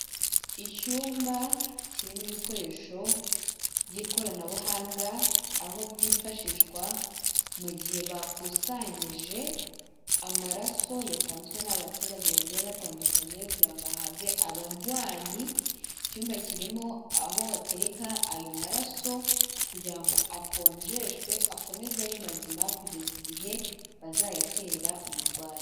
Icyumba kirimo ibikoresho by'ikoranabuhanga, aho byifashishwa mu gihe bakusanyije amaraso yatanzwe n'abaturage bagiye batandukanye kugira ngo ahabwe abarwayi, icyumba kirimo aho batereka ayo maraso kugira ngo akonjeshwe akomeze ari mazima kugeza igihe bazayaterera umurwayi.